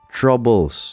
troubles